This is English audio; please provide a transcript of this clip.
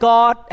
God